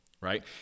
right